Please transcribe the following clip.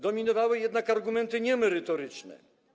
Dominowały jednak argumenty niemerytoryczne.